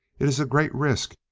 it is a great risk,